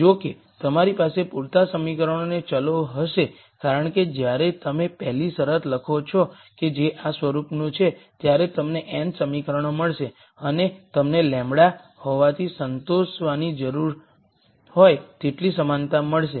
જો કે તમારી પાસે પૂરતા સમીકરણો અને ચલો હશે કારણ કે જ્યારે તમે પહેલી શરત લખો છો કે જે આ સ્વરૂપનું છે ત્યારે તમને n સમીકરણો મળશે અને તમને લેમ્બડા હોવાથી સંતોષવાની જરૂર હોય તેટલી સમાનતા મળશે